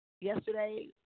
Yesterday